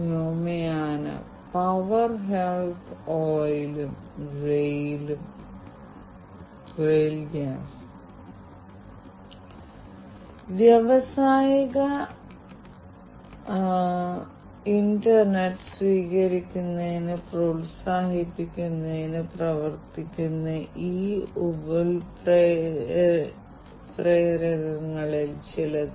ഗതാഗതവും ലോജിസ്റ്റിക്സും അതുപോലെ ഉപകരണങ്ങൾ എഞ്ചിനുകൾ കണക്റ്റുചെയ്ത ഉപകരണങ്ങൾ ഉപയോഗിച്ച് ട്രാക്കിംഗ് വിന്യസിച്ചിരിക്കുന്ന സെൻസറുകൾ ജിപിഎസ് എന്നിവ എളുപ്പത്തിൽ നിരീക്ഷിക്കാൻ കഴിയും